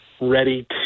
ready